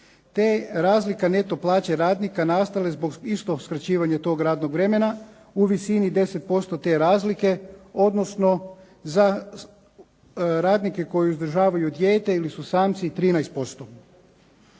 te razlika neto plaće radnika nastale zbog isto skraćivanja tog radnog vremena u visini 10% te razlike odnosno za radnike koji uzdržavaju dijete ili su samci 13%.